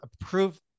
approve